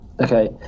Okay